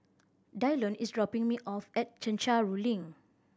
Dylon is dropping me off at Chencharu Link